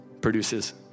produces